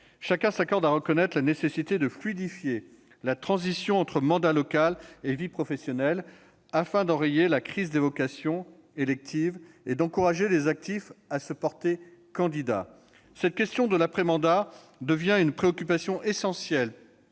Chacun s'accorde à reconnaître la nécessité de fluidifier la transition entre mandat local et vie professionnelle afin d'enrayer la crise des vocations électives et d'encourager les actifs à se porter candidats. Cette question de l'après-mandat devient une préoccupation essentielle